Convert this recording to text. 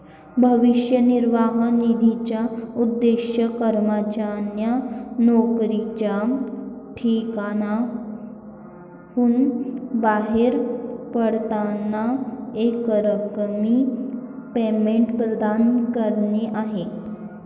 भविष्य निर्वाह निधीचा उद्देश कर्मचाऱ्यांना नोकरीच्या ठिकाणाहून बाहेर पडताना एकरकमी पेमेंट प्रदान करणे आहे